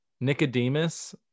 Nicodemus